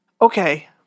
Okay